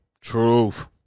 Truth